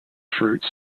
fruits